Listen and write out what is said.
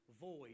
void